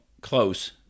close